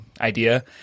idea